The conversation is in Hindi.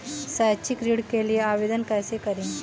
शैक्षिक ऋण के लिए आवेदन कैसे करें?